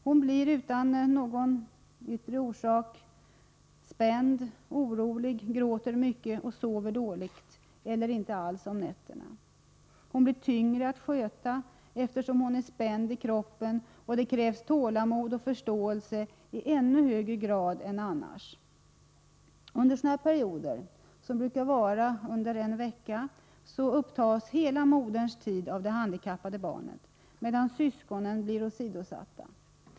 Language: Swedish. Hon blir, utan någon yttre orsak, spänd och orolig, och hon gråter mycket och sover dåligt eller inte alls om nätterna. Hon blir tyngre att sköta, eftersom hon är spänd i kroppen, och det krävs tålamod och förståelse i ännu högre grad än annars. Under sådana perioder, som brukar vara en vecka, upptas hela moderns tid av det handikappade barnet, medan syskonen blir åsidosatta.